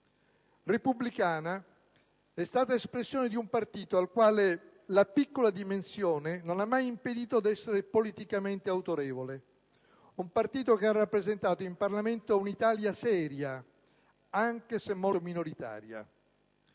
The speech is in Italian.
Repubblicana, è stata espressione di un partito al quale la piccola dimensione non ha mai impedito di essere politicamente autorevole, un partito che ha rappresentato in Parlamento un'Italia seria, anche se molto minoritaria.